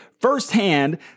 firsthand